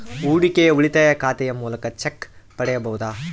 ಹೂಡಿಕೆಯ ಉಳಿತಾಯ ಖಾತೆಯ ಮೂಲಕ ಚೆಕ್ ಪಡೆಯಬಹುದಾ?